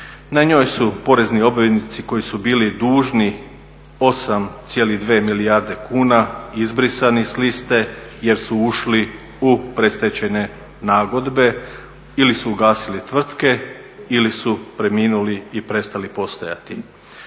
Na njoj su porezni obveznici koji su bili dužni 8,2 milijarde kuna izbrisani s liste jer su ušli u predstečajne nagodbe ili su ugasili tvrtke ili su preminuli i prestali postojati.